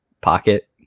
pocket